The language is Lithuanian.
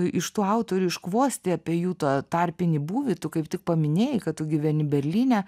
iš tų autorių iškvosti apie jų tą tarpinį būvį tu kaip tik paminėjai kad tu gyveni berlyne